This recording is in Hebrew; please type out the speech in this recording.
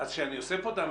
רק כשאני אוסף אותם,